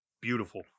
beautiful